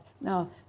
Now